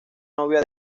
novia